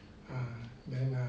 then err